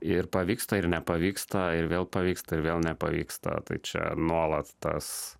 ir pavyksta ir nepavyksta ir vėl pavyksta vėl nepavyksta tai čia nuolat tas